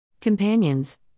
Companions